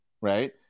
right